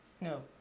No